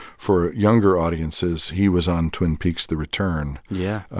for younger audiences, he was on twin peaks the return. yeah.